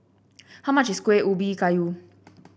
how much is Kueh Ubi Kayu